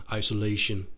isolation